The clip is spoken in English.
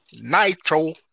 Nitro